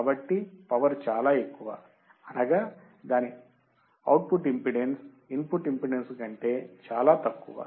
కాబట్టి పవర్ చాలా ఎక్కువ అనగా దాని అవుట్పుట్ ఇంపిడెన్స్ ఇన్పుట్ ఇంపిడెన్స్ కంటే చాలా తక్కువ